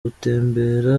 gutembera